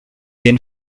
den